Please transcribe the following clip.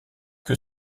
que